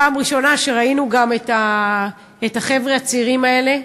פעם ראשונה שגם ראינו את החבר'ה הצעירים האלה,